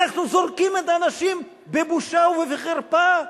אנחנו זורקים את האנשים בבושה ובחרפה,